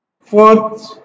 Fourth